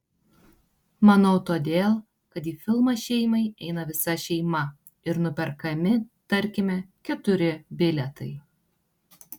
manau todėl kad į filmą šeimai eina visa šeima ir nuperkami tarkime keturi bilietai